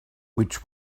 which